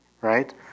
right